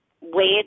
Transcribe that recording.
wait